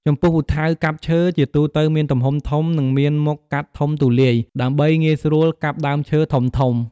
ចំពោះពូថៅកាប់ឈើ ជាទូទៅមានទំហំធំ និងមានមុខកាត់ធំទូលាយ ដើម្បីងាយស្រួលកាប់ដើមឈើធំៗ។